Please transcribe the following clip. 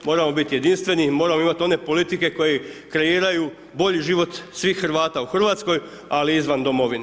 Moramo biti jedinstveni i moramo imati one politike koje kreiraju bolji život svih Hrvata u Hrvatskoj, ali i izvan domovine.